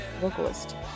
vocalist